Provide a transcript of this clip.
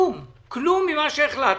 כלום ממה שהחלטנו.